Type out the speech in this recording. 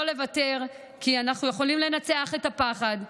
לא לוותר, כי אנחנו יכולים לנצח את הפחד,